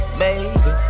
baby